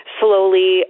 slowly